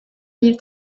bir